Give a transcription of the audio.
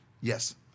Yes